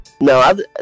no